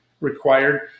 required